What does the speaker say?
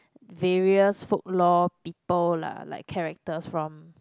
various folklore people lah like characters from